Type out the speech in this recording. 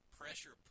pressure